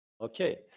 Okay